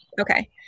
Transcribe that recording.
Okay